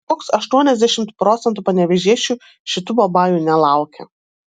koks aštuoniasdešimt procentų panevėžiečių šitų babajų nelaukia